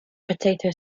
potato